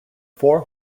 four